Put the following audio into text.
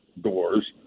doors